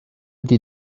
ydy